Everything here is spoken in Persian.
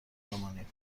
بمانیم